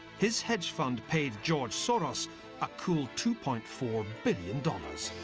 his hedge fund paid george soros a cool two point four billion dollars.